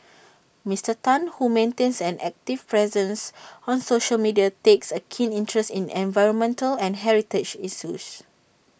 Mister Tan who maintains an active presence on social media takes A keen interest in environmental and heritage issues